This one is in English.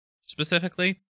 specifically